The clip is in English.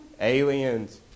Aliens